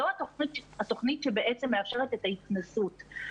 זו התוכנית שבעצם מאפשרת את ההתנסות,